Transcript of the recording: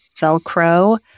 Velcro